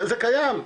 זה קיים,